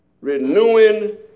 Renewing